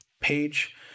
page